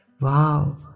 Wow